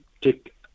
take